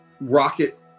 rocket